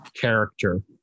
character